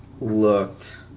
looked